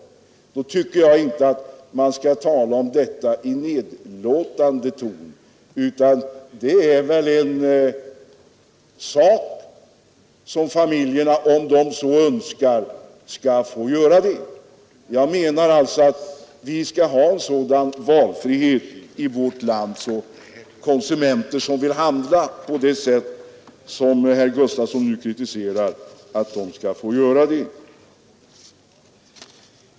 Jag tycker inte att man bör tala om detta i nedlåtande ton; det är väl en utflykt som familjerna kan få göra, om de så önskar. Jag menar alltså att vi skall ha sådan valfrihet i vårt land att konsumenter som vill handla på detta sätt, som herr Gustafsson nu kritiserar, skall kunna göra det.